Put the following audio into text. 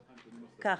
ככה.